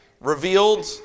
revealed